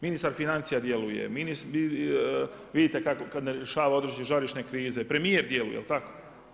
Ministar financija djeluje, ministar, vidite kako, kad ne rješava određene žarišne krize, premjer djeluje jel tako?